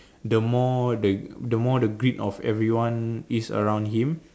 the more the more the greed of everyone is around him